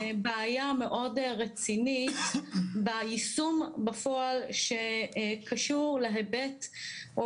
בעיה מאוד רצינית ביישום בפועל שקשור להיבט או